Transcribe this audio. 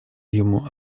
ему